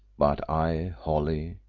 but i, holly,